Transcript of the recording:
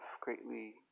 greatly